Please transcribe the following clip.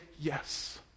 yes